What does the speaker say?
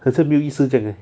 很像没有意思这样 eh